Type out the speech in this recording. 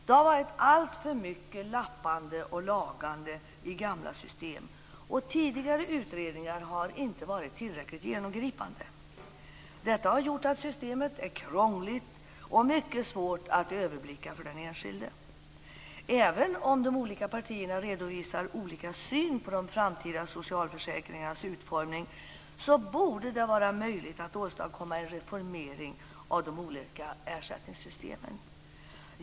Det har varit alltför mycket lappande och lagande i gamla system, och tidigare utredningar har inte varit tillräckligt genomgripande. Detta har gjort att systemet är krångligt och mycket svårt att överblicka för den enskilde. Även om de olika partierna redovisar olika syn på de framtida socialförsäkringarnas utformning borde det vara möjligt att åstadkomma en reformering av de olika ersättningssystemen.